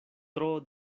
tro